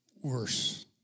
worse